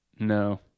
No